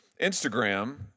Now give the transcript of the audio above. Instagram